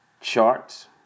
charts